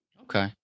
Okay